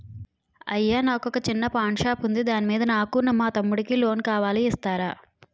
అయ్యా నాకు వొక చిన్న పాన్ షాప్ ఉంది దాని మీద నాకు మా తమ్ముడి కి లోన్ కావాలి ఇస్తారా?